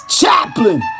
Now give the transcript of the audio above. Chaplin